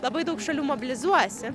labai daug šalių mobilizuojasi